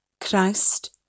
Christ